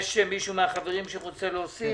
יש מישהו מהחברים שרוצה להוסיף?